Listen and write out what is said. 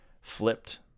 flipped